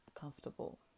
comfortable